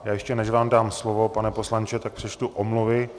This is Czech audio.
Ještě než vám dám slovo, pane poslanče, přečtu omluvy.